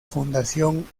fundación